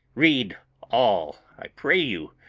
read all, i pray you,